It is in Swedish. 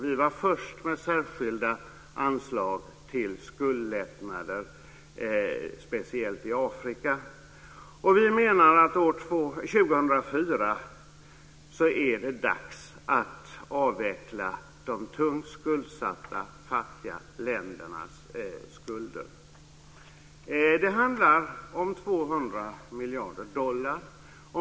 Vi var först med särskilda anslag till skuldlättnader, speciellt i Afrika. Vi menar att år 2004 är det dags att avveckla de tungt skuldsatta fattiga ländernas skulder. Det handlar om 200 miljarder dollar.